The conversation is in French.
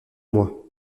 moi